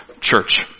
Church